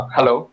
Hello